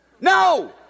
No